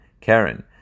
karen